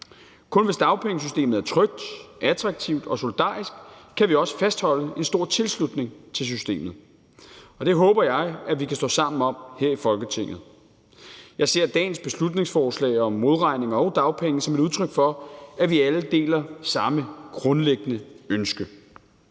Kun hvis dagpengesystemet er trygt, attraktivt og solidarisk, kan vi også fastholde en stor tilslutning til systemet, og det håber jeg vi kan stå sammen om her i Folketinget. Jeg ser dagens beslutningsforslag om modregning og dagpenge som et udtryk for, at vi alle deler samme grundlæggende ønske.